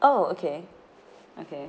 oh okay okay